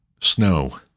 snow